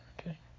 Okay